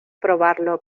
probarlo